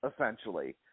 essentially